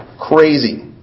crazy